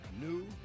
new